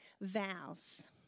vows